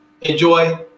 enjoy